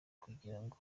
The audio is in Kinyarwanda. kugirango